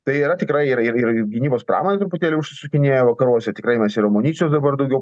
tai yra tikrai yra ir ir ir gynybos pramonė truputėlį užsisukinėja vakaruose tikrai mes ir amunicijos dabar daugiau